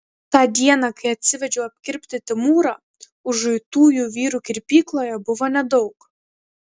tą dieną kai atsivedžiau apkirpti timūrą užuitųjų vyrų kirpykloje buvo nedaug